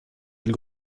elle